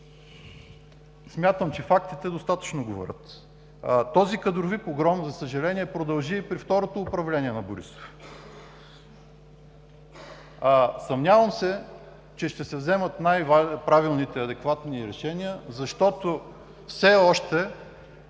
Смятам, че фактите достатъчно говорят. Този кадрови погром, за съжаление, продължи и при второто управление на Борисов. Съмнявам се, че ще се вземат най-правилните адекватни решения, защото все още